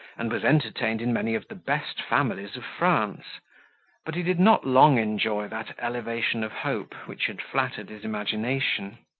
and was entertained in many of the best families of france but he did not long enjoy that elevation of hope, which had flattered his imagination.